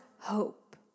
hope